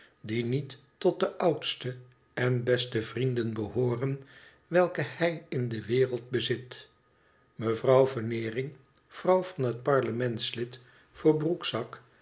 die niet tot de oudste en beste vrienden behooren welke hij in de wereld bezit mevrouw veneering vrouw van het parlementslid voor broekzak